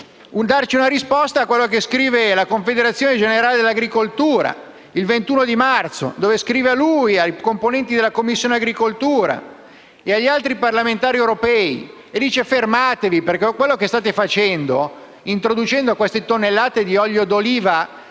darci una risposta a quello che scrive la Confederazione generale dell'agricoltura il 21 marzo. Essa si rivolge a lui, ai componenti della Commissione agricoltura e agli altri parlamentari europei dicendo di fermarsi, perché con quello che stanno facendo, introducendo queste tonnellate di olio d'oliva